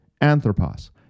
Anthropos